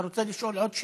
אתה רוצה לשאול עוד שאלה?